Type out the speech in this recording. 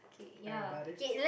everybody